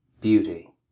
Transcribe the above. beauty